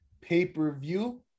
pay-per-view